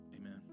amen